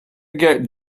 get